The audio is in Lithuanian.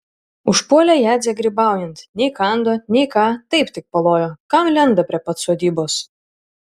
užpuolė jadzę grybaujant nei kando nei ką taip tik palojo kam lenda prie pat sodybos